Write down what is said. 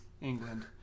England